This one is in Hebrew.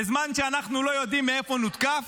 בזמן שאנחנו לא יודעים מאיפה נותקף,